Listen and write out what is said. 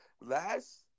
last